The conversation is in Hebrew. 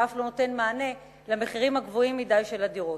ואף לא נותן מענה לבעיית המחירים הגבוהים מדי של הדירות.